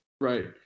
right